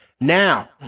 now